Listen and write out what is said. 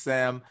Sam